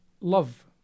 love